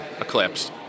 eclipse